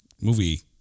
movie